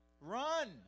run